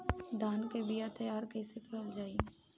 धान के बीया तैयार कैसे करल जाई?